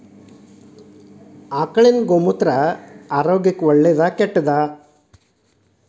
ಆಕಳಿನ ಗೋಮೂತ್ರ ಆರೋಗ್ಯಕ್ಕ ಒಳ್ಳೆದಾ ಕೆಟ್ಟದಾ?